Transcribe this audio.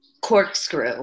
corkscrew